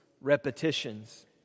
repetitions